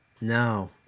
No